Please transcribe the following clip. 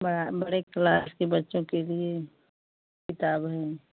बड़ा बड़े क्लास के बच्चों के लिए किताब है